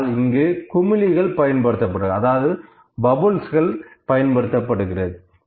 ஆனால் இங்கு குமிழிகள் பயன்படுத்தப்படுகிறது